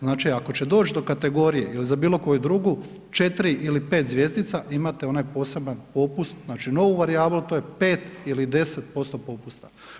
Znači ako će doći do kategorije ili za bilo koju drugu, 4 ili 5 zvjezdica, imate onaj poseban popust, znači novu varijablu, to je 5 ili 10% popusta.